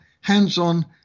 hands-on